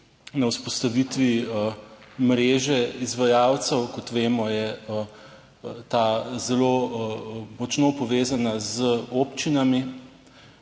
na vzpostavitvi mreže izvajalcev, kot vemo, je ta zelo močno povezana z občinami.